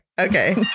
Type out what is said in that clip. Okay